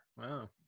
wow